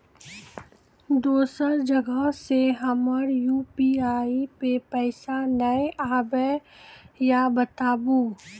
दोसर जगह से हमर यु.पी.आई पे पैसा नैय आबे या बताबू?